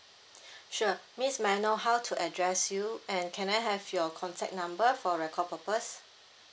sure miss may I know how to address you and can I have your contact number for record purpose